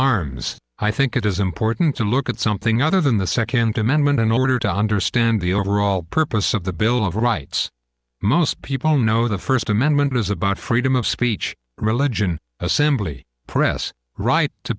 arms i think it is important to look at something other than the second amendment in order to understand the overall purpose of the bill of rights most people know the first amendment is about freedom of speech religion assembly press right to